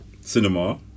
cinema